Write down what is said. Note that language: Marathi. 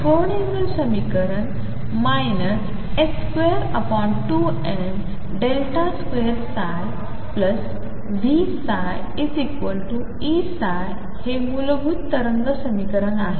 स्क्रोडिंगर समीकरण 22m2ψVψEψ हे मूलभूत तरंग समीकरण आहे